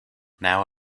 now